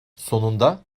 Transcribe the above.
sonunda